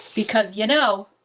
because you know.